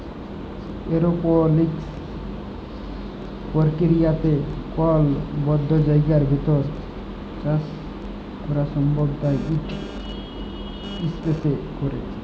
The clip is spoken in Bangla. এরওপলিক্স পর্কিরিয়াতে কল বদ্ধ জায়গার ভিতর চাষ ক্যরা সম্ভব তাই ইট ইসপেসে ক্যরে